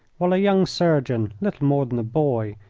while a young surgeon, little more than a boy,